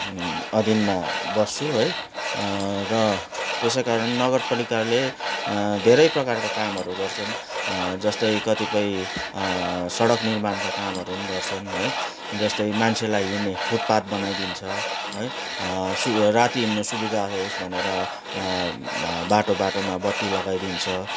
अधिनमा बस्छु है र त्यसै कारण नगरपालिकाले धेरै प्रकारका कामहरू गर्छन् जस्तै कतिपय सडक निर्माणका कामहरू पनि गर्छन् है जस्तै मान्छेलाई हिड्ने फुटपाथ बनाइदिन्छ है राति हिड्न सुबिदा होस् भनेर बाटो बाटोमा बत्ती लगाइदिन्छ